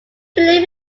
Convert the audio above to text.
believe